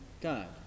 God